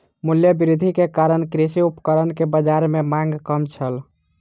मूल्य वृद्धि के कारण कृषि उपकरण के बाजार में मांग कम छल